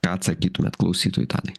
ką atsakytumėt klausytojui tadai